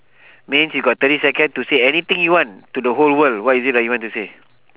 means you got thirty second to say anything you want to the whole world what is it that you want to say